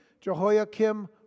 Jehoiakim